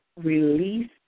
release